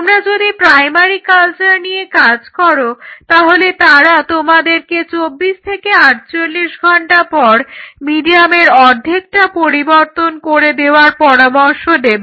তোমরা যদি primary culture নিয়ে কাজ করো তাহলে তারা তোমাদেরকে 24 থেকে 48 ঘন্টা পর মিডিয়ামের অর্ধেকটা পরিবর্তন করে দেওয়ার পরামর্শ দেবে